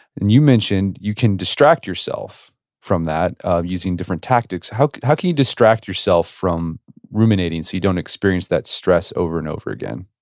you mentioned you can distract yourself from that using different tactics. how how can you distract yourself from ruminating so you don't experience that stress over and over again?